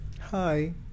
hi